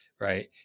right